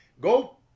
Go